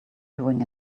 doing